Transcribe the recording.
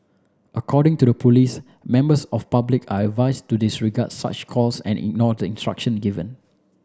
according to the police members of public are advised to disregard such calls and ignore the instruction given